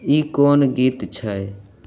ई कोन गीत छै